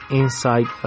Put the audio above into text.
inside